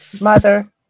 mother